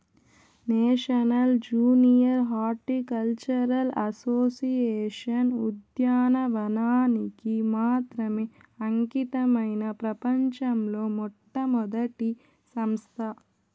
national junior horticultural association ఉద్యానవనానికి మాత్రమే అంకితమైన ప్రపంచంలో మొట్టమొదటి సంస్థ